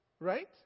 right